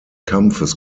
kampfes